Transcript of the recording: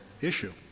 issue